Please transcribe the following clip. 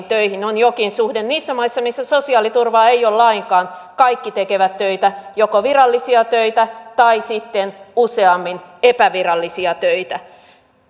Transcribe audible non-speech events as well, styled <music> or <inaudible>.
<unintelligible> töihin on jokin suhde niissä maissa missä sosiaaliturvaa ei ole lainkaan kaikki tekevät töitä joko virallisia töitä tai sitten useammin epävirallisia töitä